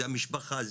זה המשפחה,